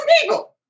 people